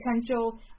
potential